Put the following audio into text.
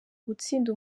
gutsinda